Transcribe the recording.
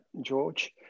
George